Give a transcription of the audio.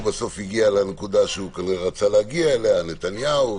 בסוף הוא הגיע לנקודה שרצה להגיע אליה - נתניהו,